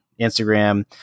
Instagram